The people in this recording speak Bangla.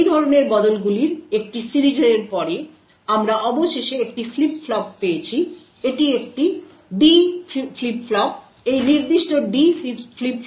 এই ধরনের বদলগুলির একটি সিরিজের পরে আমরা অবশেষে একটি ফ্লিপ ফ্লপ পেয়েছি এটি একটি D ফ্লিপ ফ্লপ এই নির্দিষ্ট D ফ্লিপ ফ্লপ 1 বা 0 এর আউটপুট দেয়